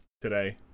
today